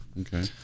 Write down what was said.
Okay